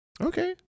Okay